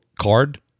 card